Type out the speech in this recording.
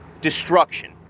destruction